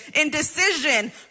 Indecision